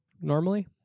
normally